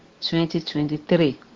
2023